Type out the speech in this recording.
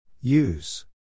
Use